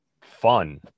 fun